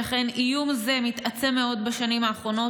שכן איום זה מתעצם מאוד בשנים האחרונות